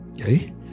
Okay